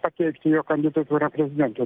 pateikti jo kandidatūrą prezidentui